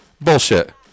Bullshit